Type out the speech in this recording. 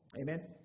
Amen